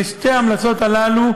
ושתי ההמלצות האלה,